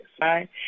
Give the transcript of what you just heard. Right